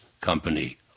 company